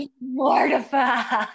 Mortified